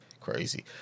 crazy